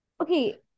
Okay